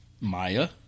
Maya